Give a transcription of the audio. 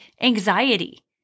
anxiety